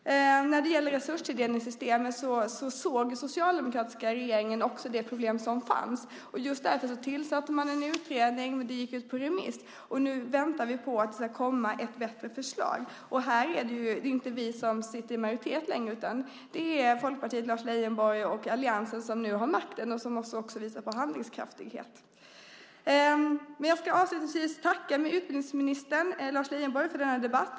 När det gäller resurstilldelningssystemen såg den socialdemokratiska regeringen också det problem som fanns. Just därför tillsatte man en utredning, och det gick ut på remiss. Nu väntar vi på att det ska komma ett bättre förslag. Nu är det ju inte vi som sitter i majoriteten längre, utan det är Folkpartiet, Lars Leijonborg, och alliansen som har makten och som också måste visa på handlingskraft. Jag ska avslutningsvis tacka utbildningsminister Lars Leijonborg för denna debatt.